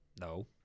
No